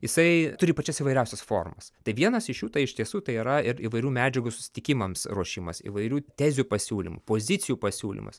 jisai turi pačias įvairiausias formas tai vienas iš jų tai iš tiesų tai yra ir įvairių medžiagų susitikimams ruošimas įvairių tezių pasiūlymų pozicijų pasiūlymas